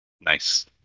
Nice